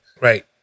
Right